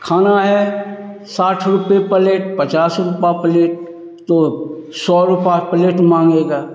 खाना है साठ रुपये पलेट पचास रुपये प्लेट तो सौ रुपये प्लेट मांगेगा